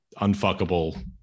unfuckable